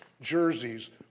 jerseys